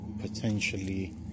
potentially